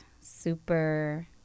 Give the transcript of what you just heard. super